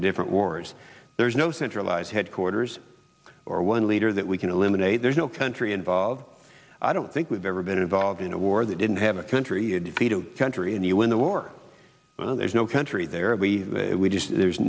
the different wars there's no centralized headquarters or one leader that we can eliminate there's no country involved i don't think we've ever been involved in a war that didn't have a country to defeat a country and you win the war there's no country there and we we just there's